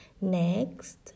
Next